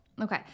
Okay